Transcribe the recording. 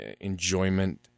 enjoyment